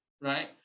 right